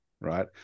Right